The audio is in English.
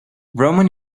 roman